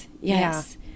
Yes